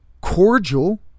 cordial